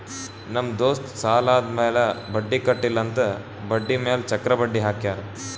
ನಮ್ ದೋಸ್ತ್ ಸಾಲಾದ್ ಮ್ಯಾಲ ಬಡ್ಡಿ ಕಟ್ಟಿಲ್ಲ ಅಂತ್ ಬಡ್ಡಿ ಮ್ಯಾಲ ಚಕ್ರ ಬಡ್ಡಿ ಹಾಕ್ಯಾರ್